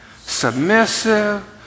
submissive